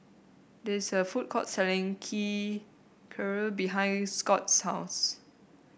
there is a food court selling Key Kheer behind Scott's house